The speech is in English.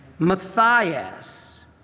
Matthias